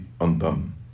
undone